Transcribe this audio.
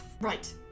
Right